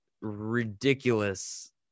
ridiculous